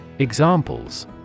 Examples